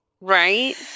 Right